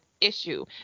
issue